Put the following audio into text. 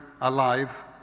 alive